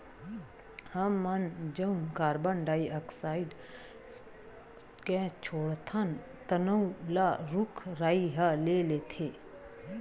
हमन जउन carbon dioxide oxide gas छोड़थन तउन ल रूख राई ह ले लेथे